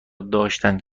داشتند